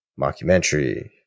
mockumentary